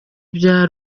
bya